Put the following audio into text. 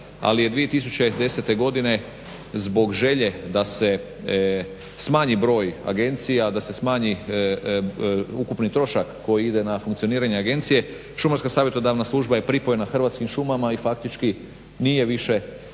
ali je 2010. godine zbog želje da se smanji broj agencija, da se smanji ukupni trošak koji ide na funkcioniranje agencije, Šumarska savjetodavna služba je pripojena Hrvatskim šumama i faktički nema više